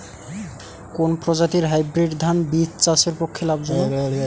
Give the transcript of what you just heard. কোন প্রজাতীর হাইব্রিড ধান বীজ চাষের পক্ষে লাভজনক?